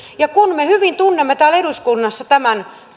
ja me hyvin tunnemme täällä eduskunnassa tämän